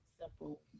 simple